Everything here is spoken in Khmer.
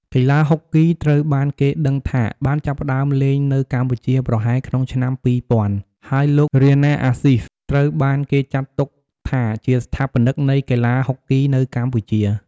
កីឡាហុកគីត្រូវបានគេដឹងថាបានចាប់ផ្ដើមលេងនៅកម្ពុជាប្រហែលក្នុង ឆ្នាំ២០០០ ហើយលោក រាណា អាសុីហ្វ ត្រូវបានគេចាត់ទុកថាជាស្ថាបនិកនៃកីឡាហុកគីនៅកម្ពុជា។